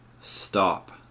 stop